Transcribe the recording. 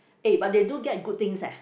eh but they do get good things eh